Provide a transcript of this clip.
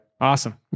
Awesome